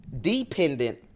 dependent